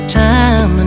time